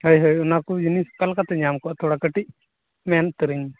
ᱦᱳᱭ ᱦᱚᱭ ᱚᱱᱟᱠᱚ ᱡᱤᱱᱤᱥ ᱚᱠᱟᱞᱮᱠᱟᱛᱮ ᱧᱟᱢ ᱠᱚᱜᱼᱟ ᱛᱷᱚᱲᱟ ᱠᱟ ᱴᱤᱡ ᱢᱮᱱ ᱩᱛᱟ ᱨᱟ ᱧ ᱢᱮ